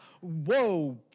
Whoa